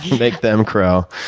make them crow,